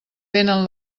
vénen